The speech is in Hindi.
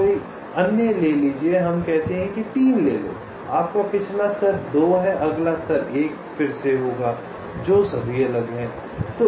कोई अन्य ले लीजिए हम कहते हैं कि 3 ले लो आपका पिछला स्तर 2 है और अगला स्तर 1 फिर से होगा जो सभी अलग हैं